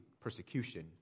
persecution